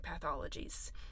pathologies